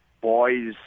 boys